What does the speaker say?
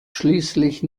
schließlich